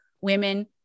women